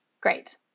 Great